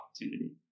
opportunity